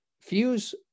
fuse